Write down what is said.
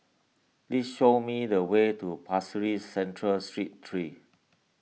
please show me the way to Pasir Ris Central Street three